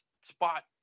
spot